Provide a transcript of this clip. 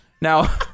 Now